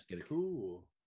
cool